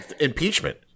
impeachment